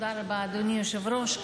תודה רבה, אדוני היושב-ראש.